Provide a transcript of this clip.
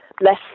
less